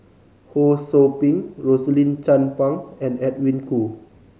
Ho Sou Ping Rosaline Chan Pang and Edwin Koo